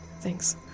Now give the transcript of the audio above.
Thanks